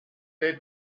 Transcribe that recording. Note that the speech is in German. date